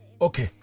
Okay